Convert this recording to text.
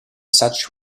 such